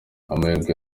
amahirwe